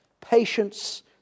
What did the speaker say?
patience